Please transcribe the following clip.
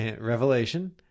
revelation